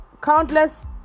countless